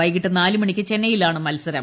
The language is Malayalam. വൈകിട്ട് നാല് മണിക്ക് ചെന്നൈയിലാണ് മത്സരം